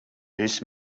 this